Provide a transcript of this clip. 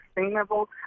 sustainable